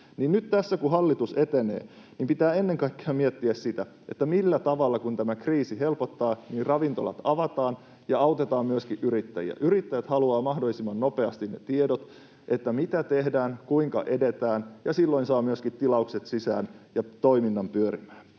nyt tässä kun hallitus etenee, pitää ennen kaikkea miettiä sitä, millä tavalla ravintolat avataan ja autetaan myöskin yrittäjiä, kun tämä kriisi helpottaa. Yrittäjät haluavat mahdollisimman nopeasti ne tiedot, mitä tehdään, kuinka edetään, ja silloin saa myöskin tilaukset sisään ja toiminnan pyörimään.